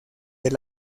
del